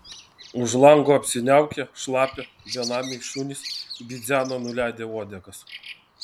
už lango apsiniaukę šlapia benamiai šunys bidzena nuleidę uodegas